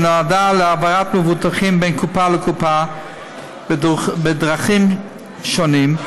שנועדה להעברת מבוטחים מקופה לקופה בדרכים שונות,